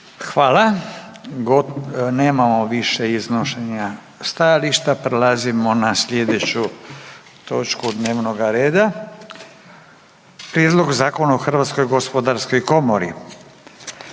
Nemamo više iznošenja stajališta, prelazimo na slijedeću točku dnevnoga reda. - Prijedlog Zakona o Hrvatskoj gospodarskoj komori,